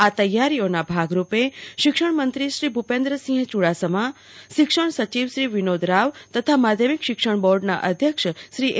આ તૈયારીઓના ભાગરૂપે શિક્ષણંત્રી શ્રી ભૂપેન્દ્રસિંહ ચુડાસમાશિક્ષણ સચિવશ્રી વિનોદ રાવ તથા માધ્યમિક શિક્ષણ બોર્ડ ના અધ્યક્ષ શ્રી એ